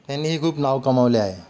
त्यांनीही खूप नाव कमावले आहे